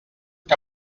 que